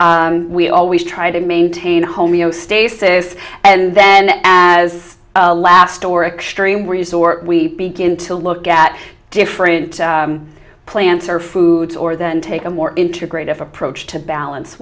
medicine we always try to maintain homeostasis and then as a last or extreme resort we begin to look at different plants or foods or then take a more integrated approach to balance